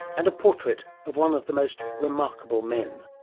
and a portrait of one of the most remarkable men.